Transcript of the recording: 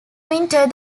winter